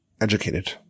educated